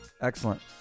excellent